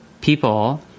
people